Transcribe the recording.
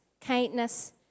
kindness